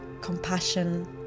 compassion